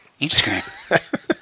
Instagram